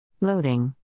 Loading